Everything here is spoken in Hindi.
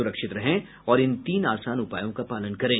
सुरक्षित रहें और इन तीन आसान उपायों का पालन करें